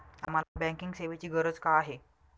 आम्हाला बँकिंग सेवेची गरज का आहे?